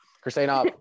Christina